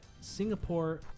Singapore